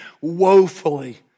woefully